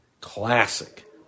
classic